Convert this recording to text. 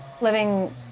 living